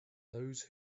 those